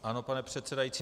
Ano, pane předsedající.